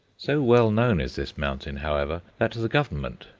so well known is this mountain, however, that the government,